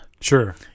Sure